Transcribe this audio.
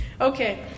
Okay